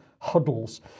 huddles